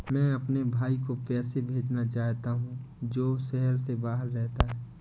मैं अपने भाई को पैसे भेजना चाहता हूँ जो शहर से बाहर रहता है